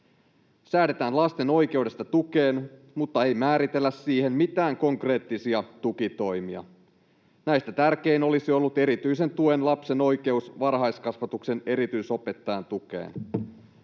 säädetään lasten oikeudesta tukeen mutta ei määritellä siihen mitään konkreettisia tukitoimia. Näistä tärkein olisi ollut erityisen tuen lapsen oikeus varhaiskasvatuksen erityisopettajan tukeen.